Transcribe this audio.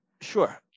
Sure